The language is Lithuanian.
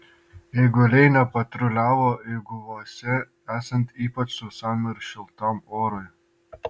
eiguliai nepatruliavo eiguvose esant ypač sausam ir šiltam orui